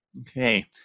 Okay